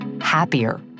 happier